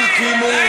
אוי,